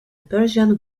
persian